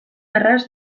erraz